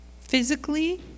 physically